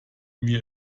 mir